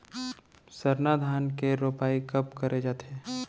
सरना धान के रोपाई कब करे जाथे?